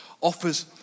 offers